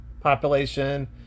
population